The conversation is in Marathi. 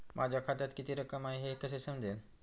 माझ्या खात्यात किती रक्कम आहे हे कसे समजेल?